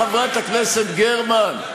חברת הכנסת גרמן,